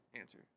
answer